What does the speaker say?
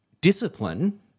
discipline